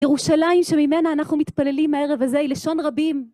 ירושלים שממנה אנחנו מתפללים הערב הזה, היא לשון רבים.